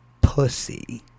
pussy